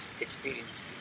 experience